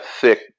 thick